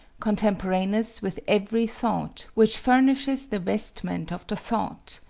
contemporaneous with every thought, which furnishes the vestment of the thought.